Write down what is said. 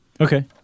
okay